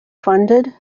funded